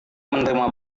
menerima